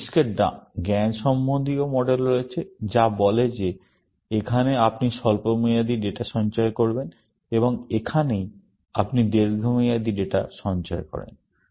মস্তিষ্কের জ্ঞান সম্বন্ধীয় মডেল রয়েছে যা বলে যে এখানে আপনি স্বল্পমেয়াদী ডেটা সঞ্চয় করেন এবং এখানেই আপনি দীর্ঘমেয়াদী ডেটা সঞ্চয় করেন